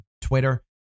Twitter